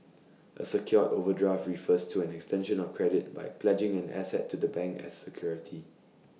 A secured overdraft refers to an extension of credit by pledging an asset to the bank as security